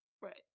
Right